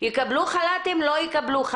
יקבלו חל"ת או לא יקבלו,